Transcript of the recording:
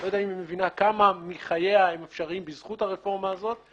אני לא יודע אם היא מבינה כמה מחייה הם אפשריים בזכות הרפורמה הזאת,